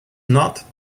not